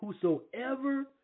Whosoever